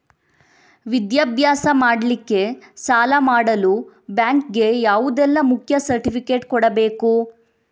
ವಿದ್ಯಾಭ್ಯಾಸ ಮಾಡ್ಲಿಕ್ಕೆ ಸಾಲ ಮಾಡಲು ಬ್ಯಾಂಕ್ ಗೆ ಯಾವುದೆಲ್ಲ ಮುಖ್ಯ ಸರ್ಟಿಫಿಕೇಟ್ ಕೊಡ್ಬೇಕು?